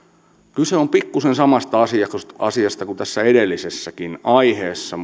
kyse on pikkuisen samasta asiasta kuin tässä edellisessäkin aiheessa